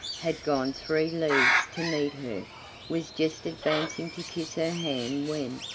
had gone three leagues to meet her was just advancing to kiss her hand when,